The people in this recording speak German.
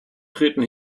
treten